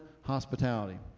hospitality